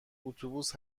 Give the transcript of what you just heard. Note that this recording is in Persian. اتوبوس